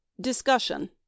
Discussion